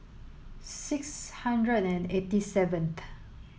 six hundred and eighty seventh